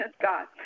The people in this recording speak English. God